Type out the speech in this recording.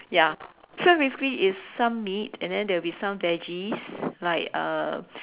ya so basically it's some meat and then there will be some veggies like uh